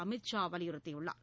அமித் ஷா வலியுறுத்தியுள்ளார்